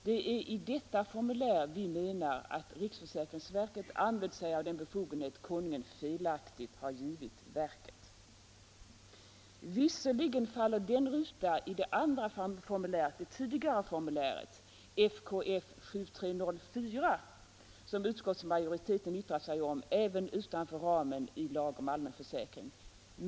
Det är i detta formulär vi menar att riksförsäkringsverket använt sig av den befogenhet Konungen felaktigt har givit verket. — Visserligen faller den ruta i det tidigare formuläret FKF 7304, som utskottsmajoriteten yttrat sig om, även utanför ramen i lag om allmän försäkring.